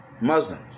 Muslim